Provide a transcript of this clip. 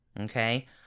Okay